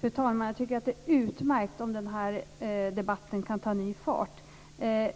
Fru talman! Jag tycker att det är utmärkt om den här debatten kan ta ny fart.